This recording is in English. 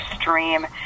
stream